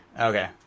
Okay